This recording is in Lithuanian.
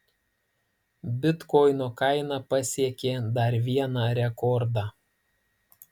bitkoino kaina pasiekė dar vieną rekordą